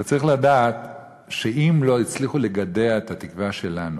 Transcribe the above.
אתה צריך לדעת שאם לא הצליחו לגדוע את התקווה שלנו,